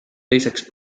teiseks